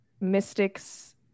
Mystic's